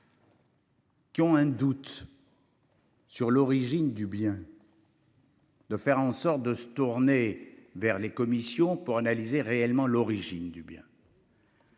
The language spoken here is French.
Qui ont un doute. Sur l'origine du bien. De faire en sorte de se tourner vers les commissions pour analyser réellement l'origine du bien.